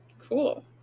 Cool